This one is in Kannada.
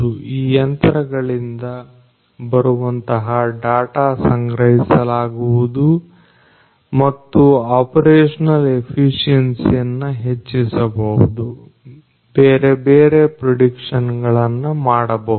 ಈ ಯಂತ್ರಗಳಿಂದ ಬರುವಂತಹ ಡಾಟಾವನ್ನು ಸಂಗ್ರಹಿಸಲಾಗುವುದು ಮತ್ತು ಆಪರೇಷನಲ್ ಎಫಿಷಿಯನ್ಸಿಯನ್ನು ಹೆಚ್ಚಿಸಬಹುದು ಬೇರೆ ಬೇರೆ ಪ್ರೀಡಿಕ್ಷನ್ ಗಳನ್ನ ಮಾಡಬಹುದು